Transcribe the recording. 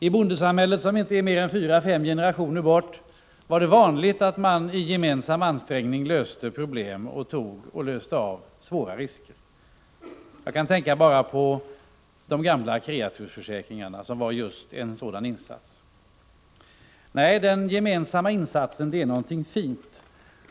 I bondesamhället, som inte ligger mer än fyra eller fem generationer bort, var det vanligt att man i gemensam ansträngning löste problem och tog och lyfte av svåra risker. Man behöver bara tänka på de gamla kreatursförsäkringarna, som var just sådana insatser. Nej, de gemensamma insatserna är någonting fint.